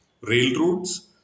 railroads